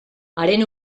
haren